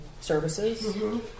services